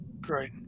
Great